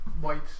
white